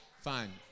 Fine